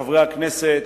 חברי הכנסת,